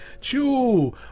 Chew